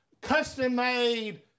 custom-made